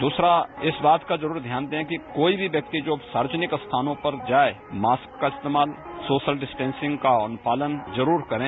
दूसरा इस बात का जरूर ध्यान दें कि कोई भी व्यक्ति जो सार्वजनिक स्थानों पर जाए मास्क का इस्तेमाल सोशल डिस्टेंसिंग का अनुपालन जरूर करें